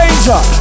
Danger